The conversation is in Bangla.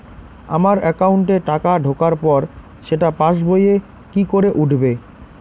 আমার একাউন্টে টাকা ঢোকার পর সেটা পাসবইয়ে কি করে উঠবে?